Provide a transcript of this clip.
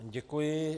Děkuji.